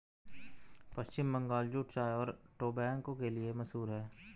पश्चिम Bangal jute चाय और tobacco के लिए भी मशहूर है